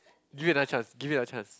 give it another chance give it another chance